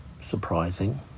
surprising